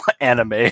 anime